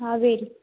Kaveri